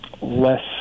less